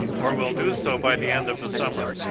or will do so by the end of the summer.